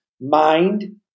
mind